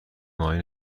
ماهی